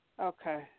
Okay